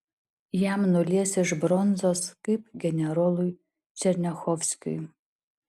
jam nulies iš bronzos kaip generolui černiachovskiui